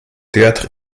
théâtre